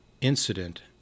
incident